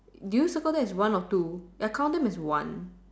do you circle that as one or two I count them as one